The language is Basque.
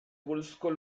buruzko